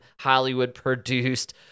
Hollywood-produced